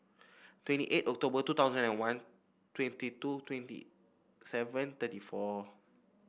twenty eight October two thousand and one twenty two twenty seven thirty four